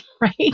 right